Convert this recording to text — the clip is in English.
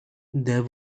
there